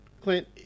clint